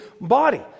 body